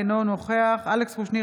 אינו נוכח אלכס קושניר,